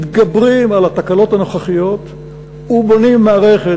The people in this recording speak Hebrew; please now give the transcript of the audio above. מתגברים על התקלות הנוכחיות ובונים מערכת,